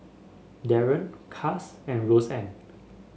Daron Cas and Roseann